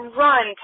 run